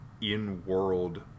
in-world